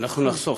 אנחנו נחסוך.